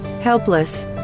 Helpless